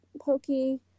Pokey